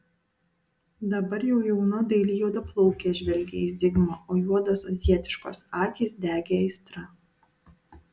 dabar jau jauna daili juodaplaukė žvelgė į zigmą o juodos azijietiškos akys degė aistra